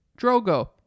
Drogo